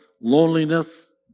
loneliness